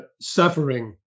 Suffering